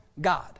God